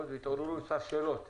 שלום לכולם.